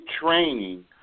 training